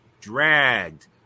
dragged